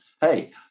Hey